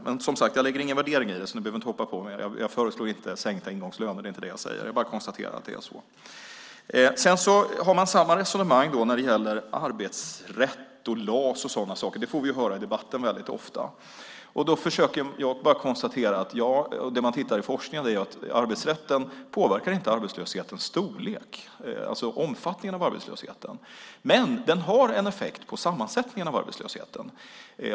Men jag lägger som sagt ingen värdering i det, så ni behöver inte hoppa på mig. Jag föreslår inte sänkta ingångslöner, det är inte det jag säger. Jag bara konstaterar att det är så. Man har samma resonemang när det gäller arbetsrätt, LAS och sådana saker. Det får vi höra i debatten väldigt ofta. Då försöker jag bara konstatera att forskningen visar att arbetsrätten inte påverkar arbetslöshetens storlek, alltså omfattningen av arbetslösheten, men har en effekt på sammansättningen av arbetslösheten.